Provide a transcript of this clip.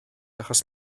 achos